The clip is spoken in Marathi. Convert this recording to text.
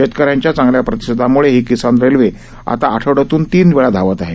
शेतकऱ्यांच्या चांगल्या प्रतिसादाम्ळे ही किसान रेल्वे आता आठवड्यातून तीन वेळा धावत आहे